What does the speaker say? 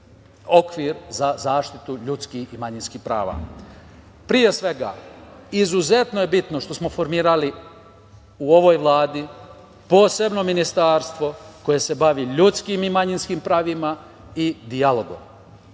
okvir za zaštitu ljudskih i manjinskih prava. Pre svega, izuzetno je bitno što smo formirali u ovoj Vladi posebno ministarstvo koje se bavi ljudskim i manjinskim pravima i dijalogom.